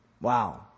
Wow